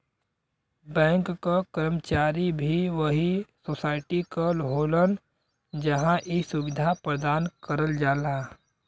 bank क कर्मचारी भी वही सोसाइटी क होलन जहां इ सुविधा प्रदान करल जाला